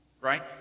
Right